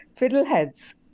Fiddleheads